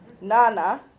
nana